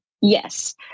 yes